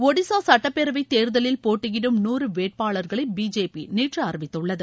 நடிஷா சட்டப்பேரவைத் தேர்தலில் போட்டியிடும் நாறு வேட்பாளர்களை பிஜேபி நேற்று அறிவித்துள்ளது